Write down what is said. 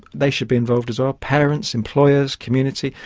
they should be involved as well. parents, employers, community,